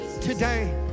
today